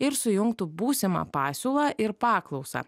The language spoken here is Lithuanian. ir sujungtų būsimą pasiūlą ir paklausą